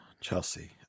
chelsea